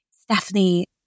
Stephanie